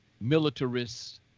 militarists